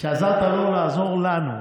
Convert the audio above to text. שעזרת לו לעזור לנו.